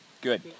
Good